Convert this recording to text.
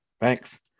Thanks